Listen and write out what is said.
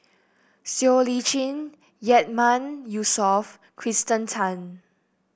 Siow Lee Chin Yatiman Yusof Kirsten Tan